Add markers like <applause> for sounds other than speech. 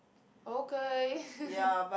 okay <laughs>